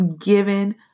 given